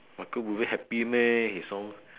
michael buble happy meh his song